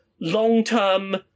long-term